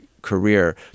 Career